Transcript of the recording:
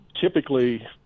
Typically